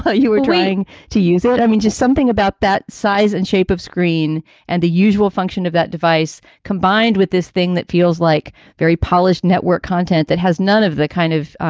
ah you were tweeting to use it? i mean, just something about that size and shape of screen and the usual function of that device combined with this thing that feels like very polished network content that has none of the kind of.